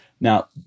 Now